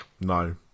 No